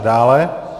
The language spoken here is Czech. Dále.